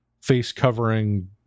face-covering